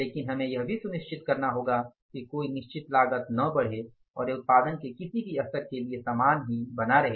लेकिन हमें यह भी सुनिश्चित करना होगा कि कोई निश्चित लागत न बढ़े और यह उत्पादन के किसी भी स्तर के लिए समान ही बना रहे